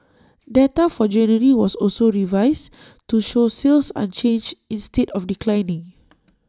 data for January was also revised to show sales unchanged instead of declining